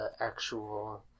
actual